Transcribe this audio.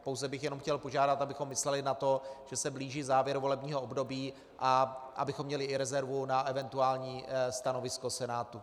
Pouze bych chtěl požádat, abychom mysleli na to, že se blíží závěr volebního období, a abychom měli i rezervu na eventuální stanovisko Senátu.